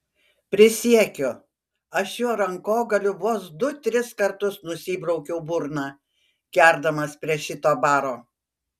prisiekiu aš šiuo rankogaliu vos du tris kartus nusibraukiau burną gerdamas prie šito baro